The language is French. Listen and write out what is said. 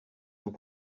vous